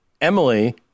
Emily